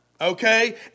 okay